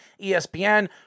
ESPN